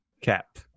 Cap